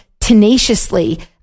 tenaciously